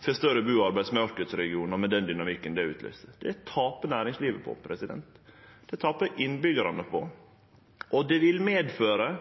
større bu- og arbeidsmarknadsregionar, med den dynamikken det utløyser. Det tapar næringslivet på, det tapar innbyggjarane på, og det vil medføre